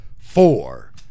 four